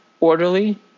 orderly